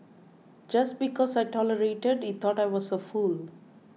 just because I tolerated he thought I was a fool